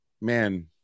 man